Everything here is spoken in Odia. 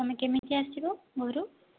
ତୁମେ କେମିତି ଆସିବ ଘରୁ